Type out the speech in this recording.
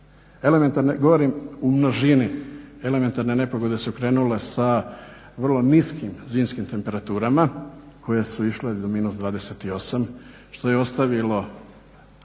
Govorim u množini, elementarne nepogode su krenule sa vrlo niskim zimskim temperaturama koje su išle do -28, što je ostavilo